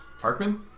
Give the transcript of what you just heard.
Parkman